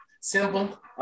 Simple